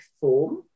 form